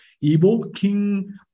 evoking